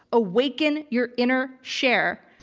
awaken your inner cher.